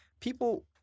people